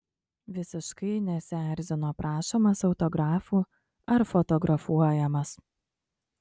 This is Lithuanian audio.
visiškai nesierzino prašomas autografų ar fotografuojamas